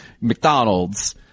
McDonald's